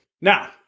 Now